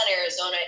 Arizona